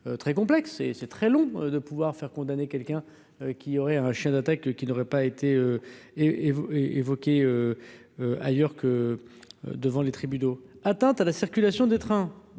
très complexe et c'est très long, de pouvoir faire condamner quelqu'un qui aurait un chien d'attaque qui n'aurait pas été et et vous évoquez ailleurs que devant les tribunaux, atteinte à la circulation des trains,